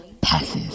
passes